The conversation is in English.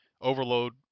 overload